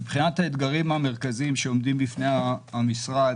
מבחינת האתגרים המרכזיים שעומדים בפני המשרד,